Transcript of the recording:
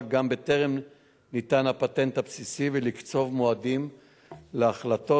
גם בטרם ניתן הפטנט הבסיסי ולקצוב מועדים להחלטות